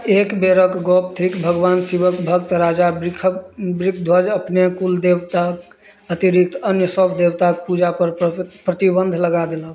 एक बेरक गप थिक भगवान शिवक भक्त राजा ब्रिखक ब्रिखध्वज अपने कुल देवताक अतिरिक्त अन्य सभ देवताक पूजापर प्रतिबन्ध लगा देलक